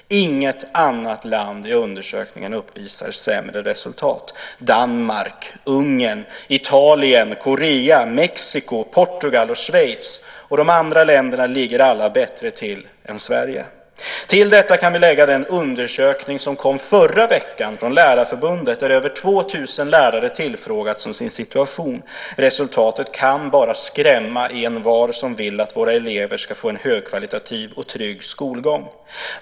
Inget annat land i undersökningen uppvisar sämre resultat. Danmark, Ungern, Italien, Korea, Mexiko, Portugal, Schweiz och de andra länderna ligger alla bättre till än Sverige. Till detta kan vi lägga den undersökning som kom förra veckan från Lärarförbundet där över 2 000 lärare tillfrågats om sin situation. Resultatet kan bara skrämma envar som vill att våra elever ska få en högkvalitativ och trygg skolgång.